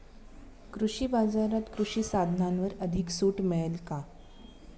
कृषी बाजारात कृषी साधनांवर अधिक सूट मिळेल का?